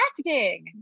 acting